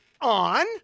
On